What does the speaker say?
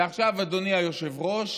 עכשיו, אדוני היושב-ראש,